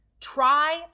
Try